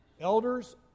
Elders